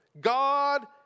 God